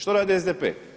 Što radi SDP?